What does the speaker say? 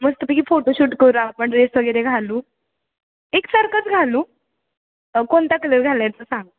मस्त फोटोशूट करू आपण ड्रेस वगैरे घालू एकसारखंच घालू कोणता कलर घालायचं सांग